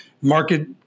market